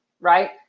right